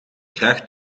graag